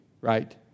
right